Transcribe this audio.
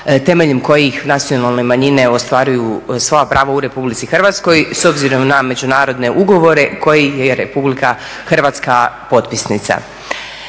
temeljem kojih nacionalne manjine ostvaruju svoja prava u RH s obzirom na međunarodne ugovore kojih je RH potpisnica.